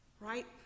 right